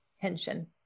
tension